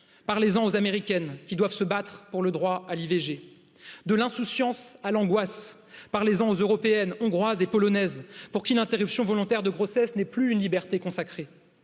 par les ans aux américaines, qui doivent se battre pour le droit à l'iv G et de l'insouciance à l'angoisse par ans européenne, hongroise et polonaise pour qui l'interruption Von, volontaire de grossesse n'est plus une liberté consacrée